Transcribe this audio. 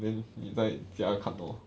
then 你在家看 lor